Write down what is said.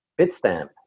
Bitstamp